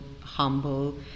humble